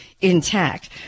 intact